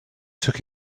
took